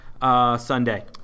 Sunday